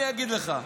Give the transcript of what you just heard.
אני אגיד לך.